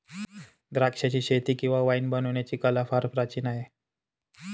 द्राक्षाचीशेती किंवा वाईन बनवण्याची कला फार प्राचीन आहे